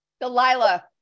Delilah